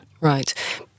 Right